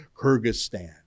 Kyrgyzstan